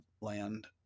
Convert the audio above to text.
land